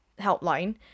helpline